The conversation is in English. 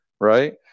right